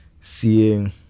seeing